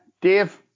Dave